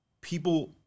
People